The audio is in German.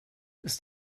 ist